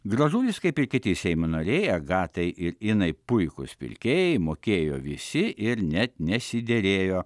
gražulis kaip ir kiti seimo nariai agatai ir inai puikūs pirkėjai mokėjo visi ir net nesiderėjo